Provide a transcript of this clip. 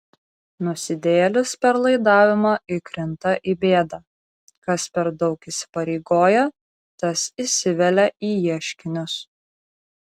nusidėjėlis per laidavimą įkrinta į bėdą kas per daug įsipareigoja tas įsivelia į ieškinius